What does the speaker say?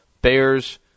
Bears